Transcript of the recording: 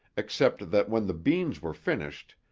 except that when the beans were finished,